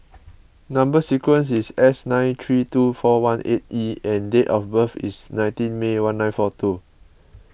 Number Sequence is S nine three two four one eight E and date of birth is nineteen May one nine four two